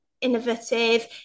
innovative